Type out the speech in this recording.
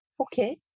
okay